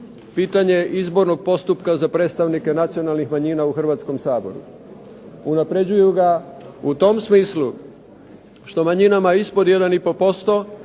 pitanje izbornog postupka za predstavnike nacionalnih manjina u Hrvatskom saboru. Unapređuju ga u tom smislu što manjinama ispod 1,5%